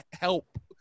help